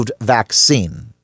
vaccine